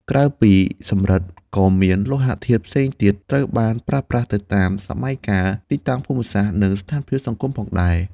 ក្រៅពីសំរឹទ្ធិ ក៏មាន លោហៈធាតុផ្សេងទៀត ត្រូវបានប្រើប្រាស់ទៅតាមសម័យកាល ទីតាំងភូមិសាស្ត្រ និងស្ថានភាពសង្គមផងដែរ។